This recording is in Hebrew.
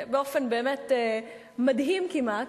באופן באמת מדהים כמעט,